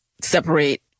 separate